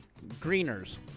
greeners